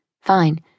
fine